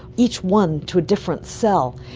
each one to a different cell,